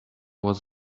was